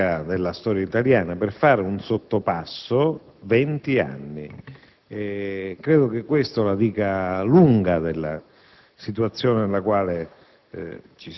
è testimonianza tipica della storia italiana: per fare un sottopasso occorrono venti anni. Credo che questo la dica lunga della